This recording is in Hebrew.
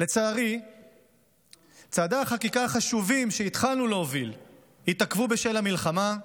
לצערי צעדי החקיקה החשובים שהתחלנו להוביל התעכבו בשל המלחמה,